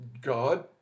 God